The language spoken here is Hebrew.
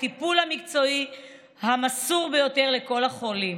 הטיפול המקצועי המסור ביותר לכל החולים.